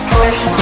Push